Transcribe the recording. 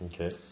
okay